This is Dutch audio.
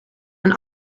mijn